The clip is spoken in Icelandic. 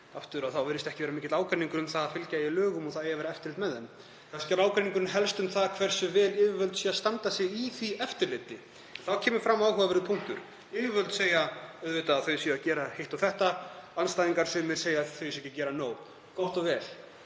Það virðist ekki vera mikill ágreiningur um að fylgja eigi lögum og að eftirlit eigi að vera með þeim. Kannski er ágreiningurinn helst um það hversu vel yfirvöld standa sig í því eftirliti. Þá kemur fram áhugaverður punktur. Yfirvöld segja auðvitað að þau séu að gera hitt og þetta. Sumir andstæðingar segja að þau séu ekki að gera nóg. Gott og vel.